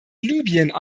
libyen